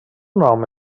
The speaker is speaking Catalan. nom